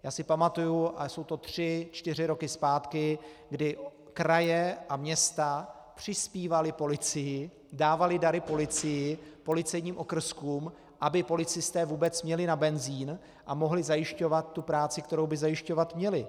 Já si pamatuji, a jsou to tři čtyři roky zpátky, kdy kraje a města přispívaly policii, dávaly dary policii, policejním okrskům, aby policisté vůbec měli na benzin a mohli zajišťovat tu práci, kterou by zajišťovat měli.